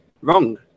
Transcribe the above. wrong